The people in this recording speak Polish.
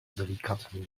delikatnie